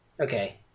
okay